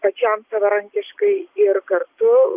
pačiam savarankiškai ir kartu